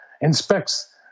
inspects